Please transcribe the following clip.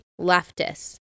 leftists